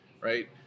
Right